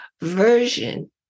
version